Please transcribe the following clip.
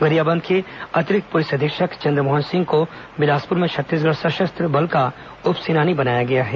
गरियाबंद के अतिरिक्त पुलिस अधीक्षक चंद्रमोहन सिंह को बिलासपुर में छत्तीसगढ़ सशस्त्र बल का उप सेनानी बनाया गया है